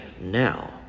now